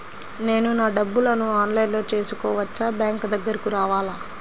నేను నా డబ్బులను ఆన్లైన్లో చేసుకోవచ్చా? బ్యాంక్ దగ్గరకు రావాలా?